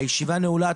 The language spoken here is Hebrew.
הישיבה נעולה.